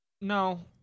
No